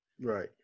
Right